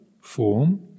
form